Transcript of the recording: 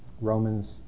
Romans